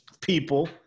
people